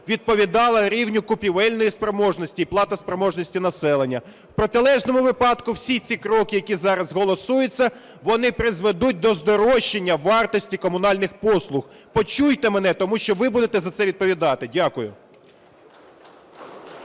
відповідала рівню купівельної спроможності і платоспроможності населення. В протилежному випадку всі ці кроки, які зараз голосуються, вони призведуть до здорожчання вартості комунальних послуг. Почуйте мене, тому що ви будете за це відповідати. Дякую.